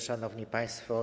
Szanowni Państwo!